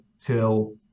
till